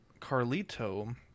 carlito